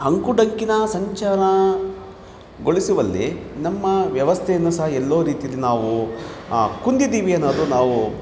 ಅಂಕುಡೊಂಕಿನ ಸಂಚಲನಗೊಳಿಸುವಲ್ಲಿ ನಮ್ಮ ವ್ಯವಸ್ಥೆಯನ್ನು ಸಹ ಎಲ್ಲೋ ರೀತಿಯಲ್ಲಿ ನಾವು ಕುಂದಿದ್ದೀವಿ ಅನ್ನೋದು ನಾವು